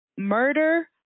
murder